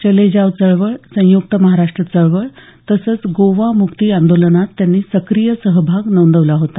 चले जाव चळवळ संयुक्त महाराष्ट्र चळवळ तसंच गोवा मुक्ती आंदोलनात त्यांनी सक्रिय सहभाग नोंदवला होता